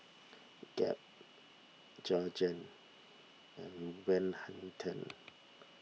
Gap Jergens and Van Houten